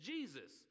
Jesus